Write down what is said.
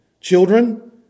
Children